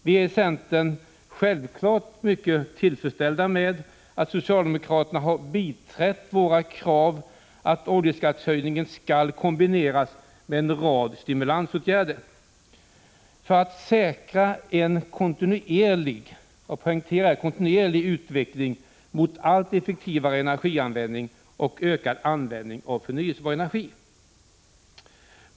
Vi i centern är självfallet tillfredsställda med att socialdemokraterna har biträtt våra krav att oljeskattehöjningen skall kombineras med en rad stimulansåtgärder för att säkra en kontinuerlig utveckling mot allt effektivare energianvändning och ökad användning av förnyelsebar energi.